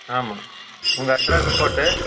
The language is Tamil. ஆமாம் உங்கள் அட்ரஸ் போட்டு